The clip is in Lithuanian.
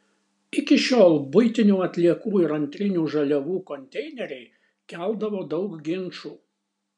iki šiol buitinių atliekų ir antrinių žaliavų konteineriai keldavo daug ginčų